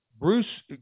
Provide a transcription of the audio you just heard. Bruce